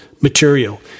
material